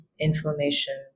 inflammation